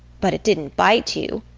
but it didn't bite you?